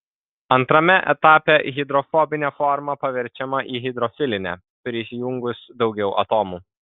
antrame etape hidrofobinė forma paverčiama į hidrofilinę prijungus daugiau atomų